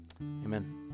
Amen